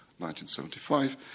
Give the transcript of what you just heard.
1975